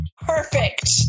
Perfect